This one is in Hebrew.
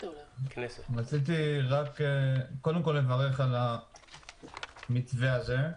רציתי לברך על המתווה הזה,